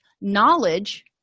knowledge